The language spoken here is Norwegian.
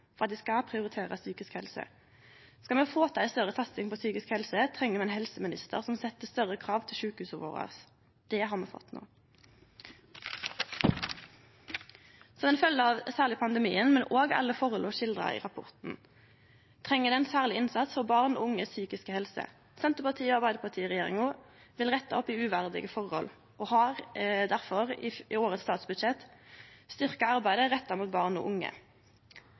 skal prioritere psykisk helse. Skal me få til ei større satsing på psykisk helse, treng me ein helseminister som set større krav til sjukehusa våre. Det har me fått no. Som ei følgd av særleg pandemien, men òg alle forholda som er skildra i rapporten, treng ein ein særleg innsats for den psykiske helsa til barn og unge. Senterparti–Arbeidarparti-regjeringa vil rette opp i uverdige forhold og har difor styrkt arbeidet retta mot barn og unge i årets statsbudsjett.